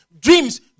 dreams